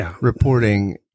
reporting